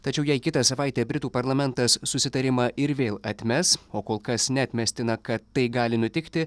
tačiau jei kitą savaitę britų parlamentas susitarimą ir vėl atmes o kol kas neatmestina kad tai gali nutikti